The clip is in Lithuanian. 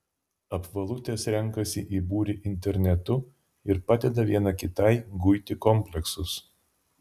apvalutės renkasi į būrį internetu ir padeda viena kitai guiti kompleksus